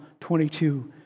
22